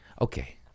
Okay